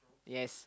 yes